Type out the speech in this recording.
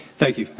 thank you,